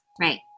Right